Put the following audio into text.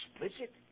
explicit